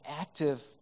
active